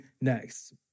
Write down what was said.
next